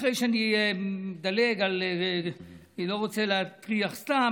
אחרי שאני מדלג, אני לא רוצה להטריח סתם,